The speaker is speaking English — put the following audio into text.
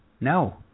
No